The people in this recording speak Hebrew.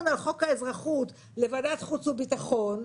על חוק האזרחות לוועדת החוץ והביטחון,